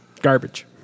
Garbage